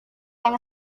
yang